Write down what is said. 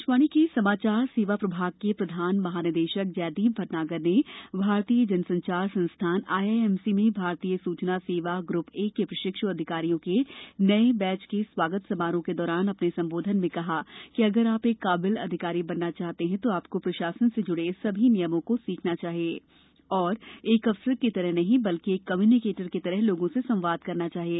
IIMC प्रशिक्षण आकाशवाणी के समाचार सेवा प्रभाग के प्रधान महानिदेशक जयदीप भटनागर ने भारतीय जन संचार संस्थान में भारतीय सूचना सेवा ग्रुप ए के प्रशिक्षु अधिकारियों के नए बैच के स्वागत समारोह के दौरान अपने संबोधन में कहा कि अगर आप एक काबिल अधिकारी बनना चाहते हैं तो आपको प्रशासन से ज्ड़े सभी नियमों को सीखना चाहिए तथा एक अफसर की तरह नहीं बल्कि एक कम्य्निकेटर की तरह लोगों से संवाद करना चाहिए